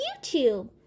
YouTube